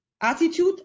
attitude